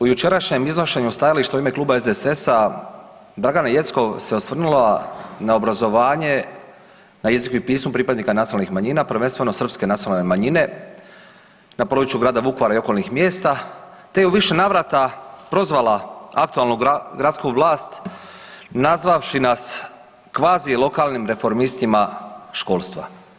U jučerašnjem iznošenju stajališta u ime Kluba SDSS-a Dragana Jeckov se osvrnula na obrazovanje na jeziku i pismu pripadnika nacionalnih manjina, prvenstveno srpske nacionalne manjine na području grada Vukovara i okolnih mjesta, te u više navrata prozvala aktualnu gradsku vlast nazvavši nas kvazi lokalnim reformistima školstva.